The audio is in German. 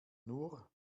nur